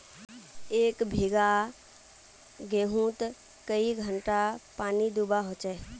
एक बिगहा गेँहूत कई घंटा पानी दुबा होचए?